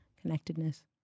connectedness